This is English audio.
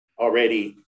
already